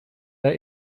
der